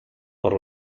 por